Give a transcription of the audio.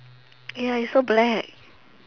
ya is so black